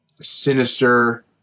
sinister